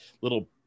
little